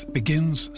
begins